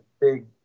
big